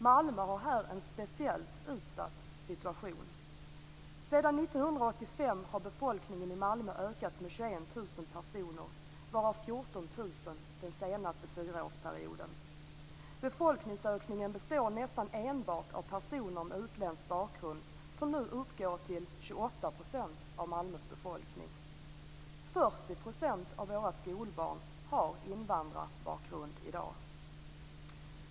Malmö har här en speciellt utsatt situation. Sedan 1985 har befolkningen i Malmö ökat med 21 000 personer, varav 14 000 den senaste fyraårsperioden. Befolkningsökningen utgörs nästan enbart av personer med utländsk bakgrund, som nu uppgår till 28 % av Malmös befolkning. 40 % av våra skolbarn har i dag invandrarbakgrund.